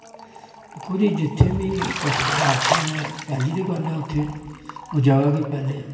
दिक्खो जी जित्थें बी कत्था बार्ता होऐ पैह्ली ते गल्ल ऐ उत्थै ओह् जगह गी पैह्ले